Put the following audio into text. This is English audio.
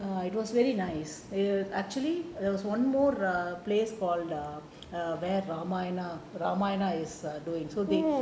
err it was really nice err actually there was one more err place called the err err